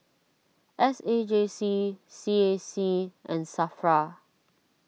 S A J C C A C and Safra